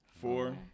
Four